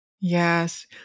Yes